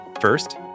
First